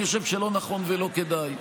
אני חושב שלא נכון ולא כדאי,